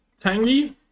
tangy